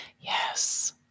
Yes